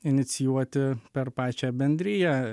inicijuoti per pačią bendriją